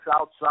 outside